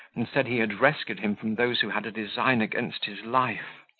and said he had rescued him from those who had a design against his life.